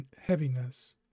heaviness